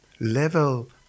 level